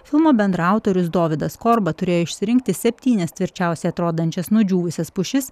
filmo bendraautorius dovydas korba turėjo išsirinkti septynias tvirčiausiai atrodančias nudžiūvusias pušis